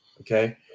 okay